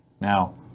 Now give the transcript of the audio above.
Now